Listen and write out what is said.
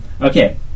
Okay